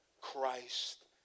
Christ